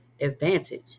advantage